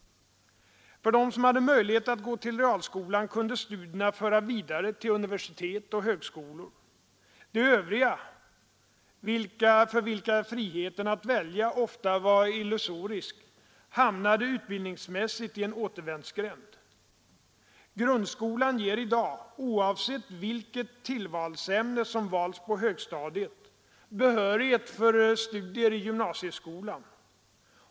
För dem som hade möjlighet att gå till realskolan kunde studierna föra vidare till universitet och högskolor. De övriga — för vilka friheten att välja ofta var illusorisk — hamnade utbildningsmässigt i en återvändsgränd. Grundskolan ger i dag — oavsett vilket tillvalsämne som valts på högstadiet — behörighet för studier i gymnasieskolan.